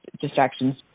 distractions